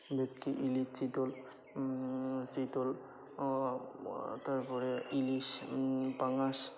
ভেটকি ইলিশ চিতল চিতল তার পরে ইলিশ পাঙাশ